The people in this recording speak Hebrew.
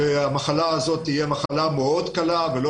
שהמחלה הזאת תהיה מחלה מאוד קלה ולא